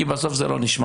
כי בסוף זה גם לא נשמר.